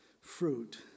Fruit